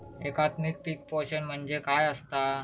एकात्मिक पीक पोषण म्हणजे काय असतां?